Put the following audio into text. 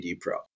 Pro